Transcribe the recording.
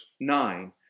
nine